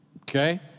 Okay